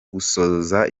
gusoza